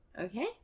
Okay